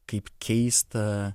kaip keista